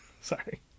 Sorry